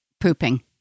pooping